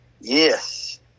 yes